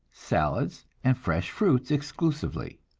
salads, and fresh fruits exclusively.